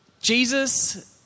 Jesus